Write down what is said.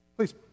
Please